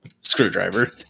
screwdriver